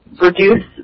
reduce